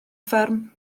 fferm